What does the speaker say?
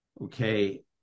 Okay